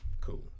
Cool